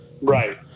Right